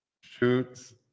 shoots